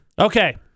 Okay